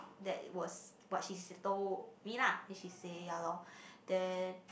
that was what she told me lah then she say ya lor then